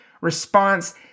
response